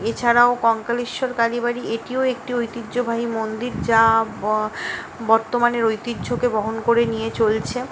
এছাড়াও কঙ্কালেশ্বর কালী বাড়ি এটিও একটি ঐতিহ্যবাহী মন্দির যা বো বর্ধমানের ঐতিহ্যকে বহন করে নিয়ে চলছে